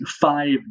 five